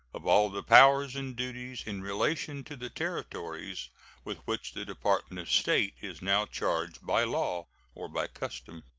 of all the powers and duties in relation to the territories with which the department of state is now charged by law or by custom.